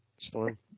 Storm